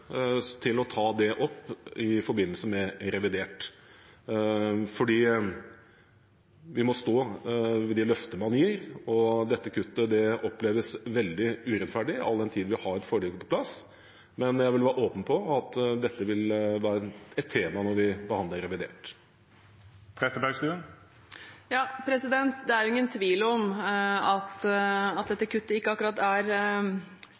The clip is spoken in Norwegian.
til å ta det opp i forbindelse med revidert. Man må stå ved det løftet man gir, og dette kuttet oppleves veldig urettferdig, all den tid vi har et forlik på plass, men jeg vil være åpen om at dette vil være et tema når vi behandler revidert. Det er ingen tvil om at dette kuttet ikke akkurat er